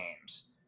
games